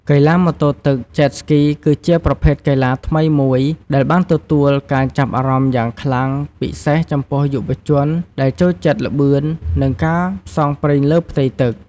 កីឡាម៉ូតូទឹក Jet Ski គឺជាប្រភេទកីឡាថ្មីមួយដែលបានទទួលការចាប់អារម្មណ៍យ៉ាងខ្លាំង ពិសេសចំពោះយុវជនដែលចូលចិត្តល្បឿន និងការផ្សងព្រេងលើផ្ទៃទឹក។